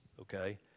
okay